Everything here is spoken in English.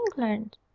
England